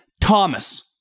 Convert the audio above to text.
Thomas